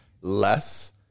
less